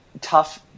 tough